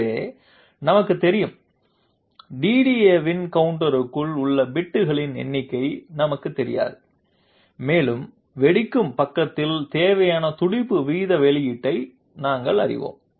எனவே f நமக்குத் தெரியும் DDAவின் கவுண்டருக்குள் உள்ள பிட்களின் எண்ணிக்கை நமக்குத் தெரியாது மேலும் வெடிக்கும் பக்கத்தில் தேவையான துடிப்பு வீத வெளியீட்டை நாங்கள் அறிவோம்